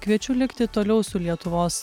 kviečiu likti toliau su lietuvos